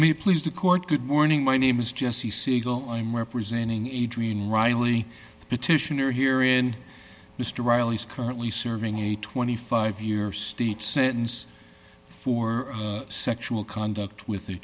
me please the court good morning my name is jesse segal i'm representing adrian riley the petitioner here in mr riley's currently serving a twenty five year state sentence for sexual conduct with